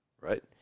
Right